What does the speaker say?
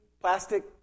Plastic